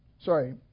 sorry